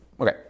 Okay